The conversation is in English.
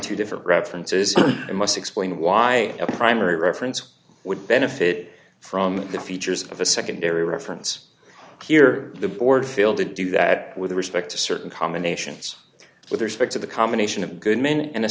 two different references and must explain why a primary reference would benefit from the features of a secondary reference here the board failed to do that with respect to certain combinations with respect to the combination of good men and